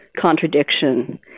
contradiction